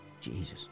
Jesus